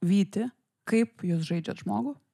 vytį kaip jūs žaidžiat žmogų